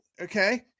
okay